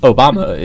Obama